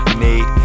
need